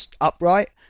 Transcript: upright